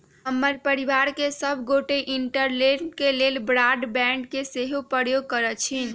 हमर परिवार में सभ गोटे इंटरनेट के लेल ब्रॉडबैंड के सेहो प्रयोग करइ छिन्ह